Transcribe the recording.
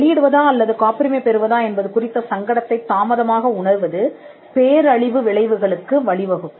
வெளியிடுவதா அல்லது காப்புரிமை பெறுவதா என்பது குறித்த சங்கடத்தைத் தாமதமாக உணர்வது பேரழிவு விளைவுகளுக்கு வழிவகுக்கும்